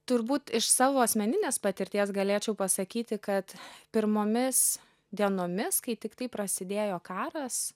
turbūt iš savo asmeninės patirties galėčiau pasakyti kad pirmomis dienomis kai tiktai prasidėjo karas